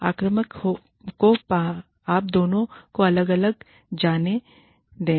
आक्रामक को आप दोनों को अलग अलग जाने दें